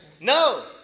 No